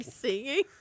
singing